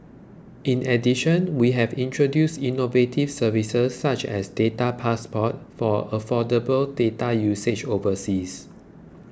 in addition we have introduced innovative services such as Data Passport for affordable data usage overseas